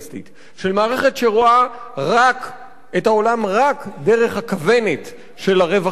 של מערכת שרואה את העולם רק דרך הכוונת של הרווח הכלכלי.